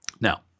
Now